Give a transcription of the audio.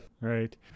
right